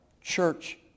church